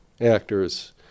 actors